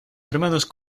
hermanos